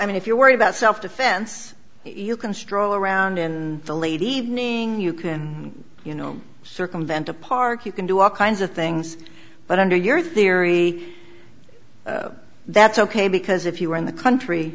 i mean if you're worried about self defense you can stroll around in the late evening you can you know circumvent a park you can do all kinds of things but under your theory that's ok because if you're in the country